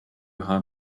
how